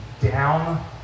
down